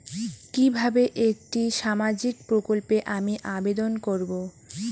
কিভাবে একটি সামাজিক প্রকল্পে আমি আবেদন করব?